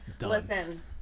Listen